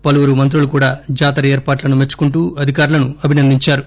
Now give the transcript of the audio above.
పలువురు మంత్రులు కూడా జాతర ఏర్పాట్లను మెచ్చుకుంటూ అధికారులను అభినందించారు